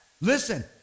Listen